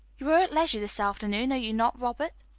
you are at leisure this afternoon, are you not, robert?